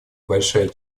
большая